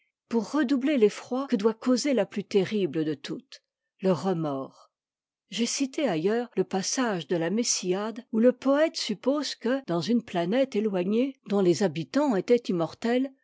pour redoubler l'effroi que doit causer la plus terrible de toutes le remords j'ai cité ailleurs le passage de la a mmcfe où le poëte suppose que dans une planète éloignée dont les habitants étaient immortels